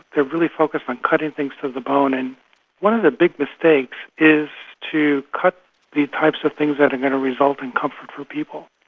they are really focused on cutting things to the bone. and one of the big mistakes is to cut the types of things that are going to result in comfort for people.